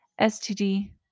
STD